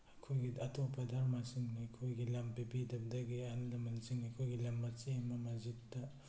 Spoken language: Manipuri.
ꯑꯩꯈꯣꯏꯒꯤ ꯑꯇꯣꯞꯄ ꯗꯔꯃꯥꯁꯤꯡꯅ ꯑꯩꯈꯣꯏꯒꯤ ꯂꯝ ꯄꯤꯕꯤꯗꯕꯗꯒꯤ ꯑꯍꯟ ꯂꯃꯟꯁꯤꯡꯅ ꯑꯩꯈꯣꯏꯒꯤ ꯂꯝ ꯃꯆꯦꯠ ꯑꯃ ꯃꯁꯖꯤꯠꯇ